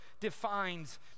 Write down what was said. Defines